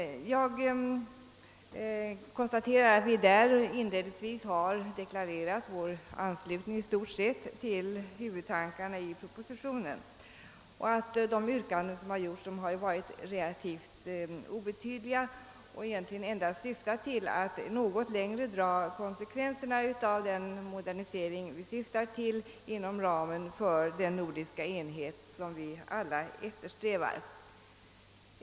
Vi motionärer har inledningsvis deklarerat vår anslutning i stort sett till huvudtankarna i propositionen. De yrkanden som gjorts har varit relativt obetydliga och egentligen endast avsett att något längre dra konsekvenserna av den modernisering vi syftar till inom ramen för den nordiska enhet, som alla eftersträvar.